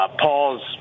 Paul's